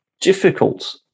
difficult